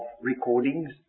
recordings